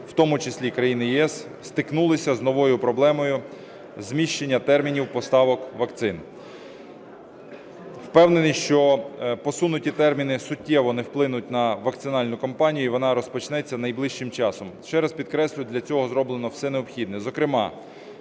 у тому числі і країни ЄС, стикнулися з новою проблемою зміщення термінів поставок вакцин. Впевнений, що посунуті терміни суттєво не вплинуть на вакцинальну кампанію, і вона розпочнеться найближчим часом. Ще раз підкреслюю, для цього зроблено все необхідне,